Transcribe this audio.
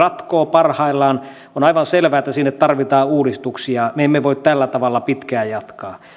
ratkoo parhaillaan on aivan selvää että sinne tarvitaan uudistuksia me emme voi tällä tavalla pitkään jatkaa